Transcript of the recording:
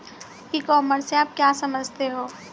ई commerce से आप क्या समझते हो?